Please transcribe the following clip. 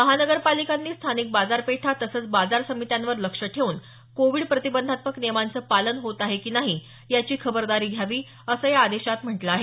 महानगरपालिकांनी स्थानिक बाजारपेठा तसंच बाजार समित्यांवर लक्ष ठेऊन कोविड प्रतिबंधात्मक नियमांचं पालन होत आहे की नाही याची खबरदारी घ्यावी असं या आदेशात म्हटलं आहे